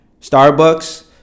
Starbucks